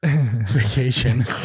vacation